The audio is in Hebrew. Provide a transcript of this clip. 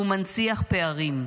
הוא מנציח פערים,